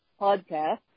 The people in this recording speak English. podcast